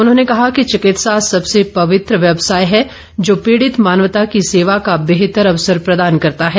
उन्होंने कहा कि चिकित्सा सबसे पवित्र व्यवसाय है जो पीड़ित मानवता की सेवा का बेहतर अवसर प्रदान करता है